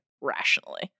rationally